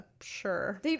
sure